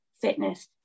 fitness